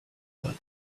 blood